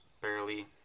barely